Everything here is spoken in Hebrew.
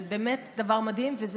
זה באמת דבר מדהים.